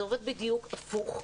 זה עובד בדיוק הפוך.